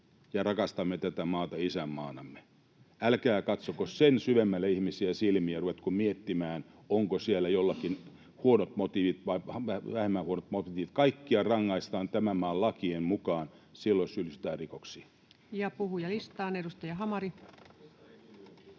rakastamme tätä maata isänmaanamme. Älkää katsoko sen syvemmälle ihmisiä silmiin ja ruvetko miettimään, onko siellä jollakin huonot motiivit vai vähemmän huonot motiivit. Kaikkia rangaistaan tämän maan lakien mukaan silloin, jos syyllistytään rikoksiin. [Joakim Vigelius: Mistä